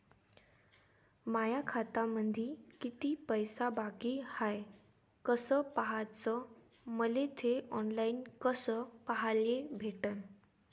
माया खात्यामंधी किती पैसा बाकी हाय कस पाह्याच, मले थे ऑनलाईन कस पाह्याले भेटन?